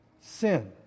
Sin